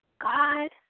God